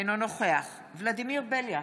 אינו נוכח ולדימיר בליאק,